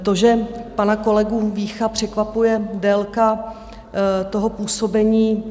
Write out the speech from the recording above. To, že pana kolegu Vícha překvapuje délka toho působení?